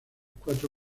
cuatro